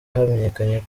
hamenyekanye